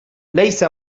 ليس